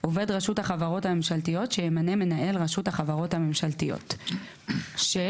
עובד רשות החברות הממשלתיות שימנה מנהל רשות החברות הממשלתיות ; (6)